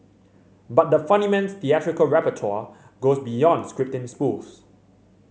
but the funnyman's theatrical repertoire goes beyond scripting spoofs